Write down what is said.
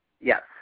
Yes